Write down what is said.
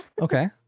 okay